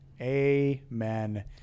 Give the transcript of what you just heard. Amen